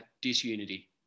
disunity